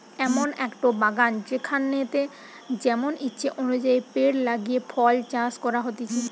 এমন একটো বাগান যেখানেতে যেমন ইচ্ছে অনুযায়ী পেড় লাগিয়ে ফল চাষ করা হতিছে